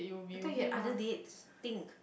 I thought you had other dates think